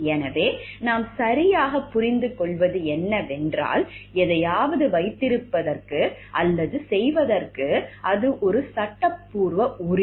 எனவே நாம் சரியாகப் புரிந்துகொள்வது என்னவென்றால் எதையாவது வைத்திருப்பதற்கு அல்லது செய்வதற்கு அது ஒரு சட்டப்பூர்வ உரிமை